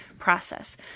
Process